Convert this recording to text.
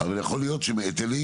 יכול להיות שהיטלים,